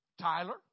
Tyler